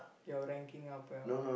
your ranking up your